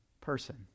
person